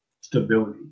stability